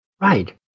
Right